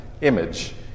image